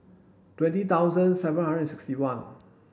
twenty thousand seven hundred and sixty one